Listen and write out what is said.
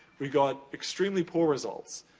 we got extremely poor results.